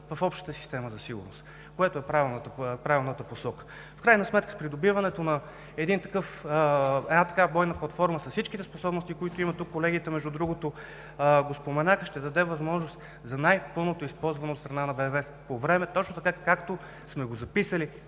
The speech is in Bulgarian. в общата система за сигурност, което е правилната посока. В крайна сметка придобиването на една такава бойна платформа с всички способности, които има – тук колегите, между другото, го споменаха – ще даде възможност за най-пълното използване от страна на ВВС по време, точно така, както сме го записали